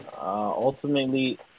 ultimately